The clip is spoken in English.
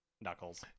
knuckles